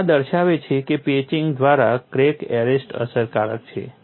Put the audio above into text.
તેથી આ દર્શાવે છે કે પેચિંગ દ્વારા ક્રેક અરેસ્ટ અસરકારક છે